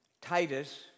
Titus